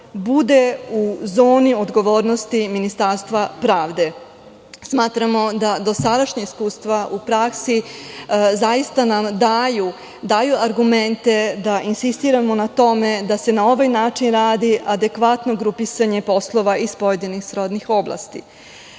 bude u zoni odgovornosti Ministarstva pravde. Smatramo da dosadašnja iskustva u praksi zaista nam daju argumente da insistiramo na tome da se na ovaj način radi adekvatno grupisanje poslova iz pojedinih srodnih